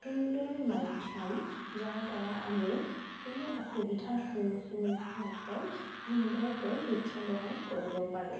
সুন্দৰ মাধ্যম যাৰ দ্বাৰা আমি কোনো অসুবিধাৰ সন্মুখীন নোহোৱাকৈ সুন্দৰকৈ শিক্ষা গ্ৰহণ কৰিব পাৰোঁ